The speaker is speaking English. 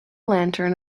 lantern